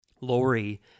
Lori